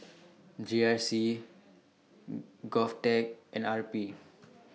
G R C Govtech and R P